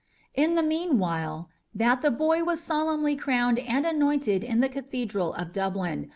in the meanwhile that the boy was solemnly crowned and anointed in the cathedral of dublin,